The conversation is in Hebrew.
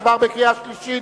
עברה בקריאה שלישית